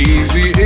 Easy